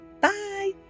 Bye